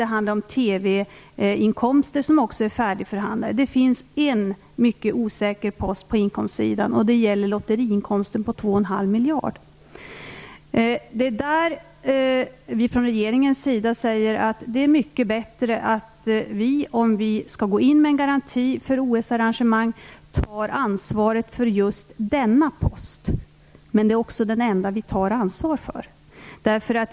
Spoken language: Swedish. Det rör sig bl.a. om TV-inkomster. Det finns en mycket osäker post på inkomstsidan, och det gäller lotteriinkomsten på 2,5 miljarder. Från regeringens sida säger vi att det är mycket bättre att vi - om vi skall gå in med en garanti för ett OS-arrangemang - tar ansvaret för just denna post. Men det är också den enda post som vi tar ansvar för.